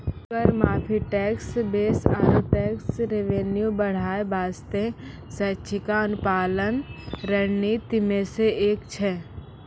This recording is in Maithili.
कर माफी, टैक्स बेस आरो टैक्स रेवेन्यू बढ़ाय बासतें स्वैछिका अनुपालन रणनीति मे सं एक छै